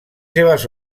seves